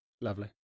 Lovely